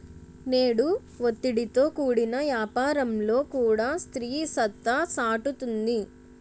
నేడు ఒత్తిడితో కూడిన యాపారంలో కూడా స్త్రీ సత్తా సాటుతుంది